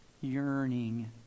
yearning